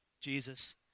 Jesus